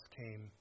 came